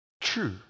true